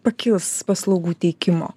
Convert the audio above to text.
pakils paslaugų teikimo